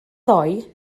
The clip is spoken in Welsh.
ddoe